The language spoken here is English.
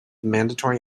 mandatory